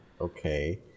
okay